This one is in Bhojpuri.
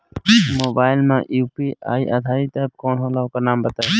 मोबाइल म यू.पी.आई आधारित एप कौन होला ओकर नाम बताईं?